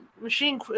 machine